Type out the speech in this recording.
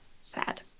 Sad